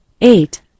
eight